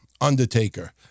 Undertaker